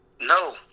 No